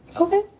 Okay